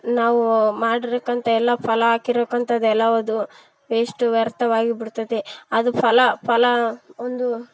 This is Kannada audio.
ನಾವು ಮಾಡಿರ್ತಕ್ಕಂಥ ಎಲ್ಲ ಫಲ ಹಾಕಿರುಕ್ಕಂಥದ್ದು ಎಲ್ಲದು ವೇಷ್ಟು ವ್ಯರ್ಥವಾಗಿ ಬಿಡ್ತದೆ ಅದು ಫಲ ಫಲ ಒಂದು